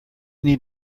need